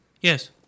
yes